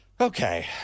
Okay